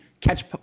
catch